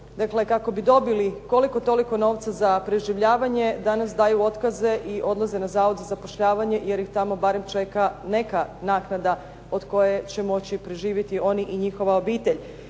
kako bi dobili koliko toliko novca za preživljavanje danas daju otkaze i odlaze na Zavod za zapošljavanje jer ih tamo barem čeka neka naknada od koje će moći preživjeti oni i njihova obitelj.